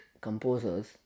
composers